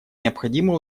необходимо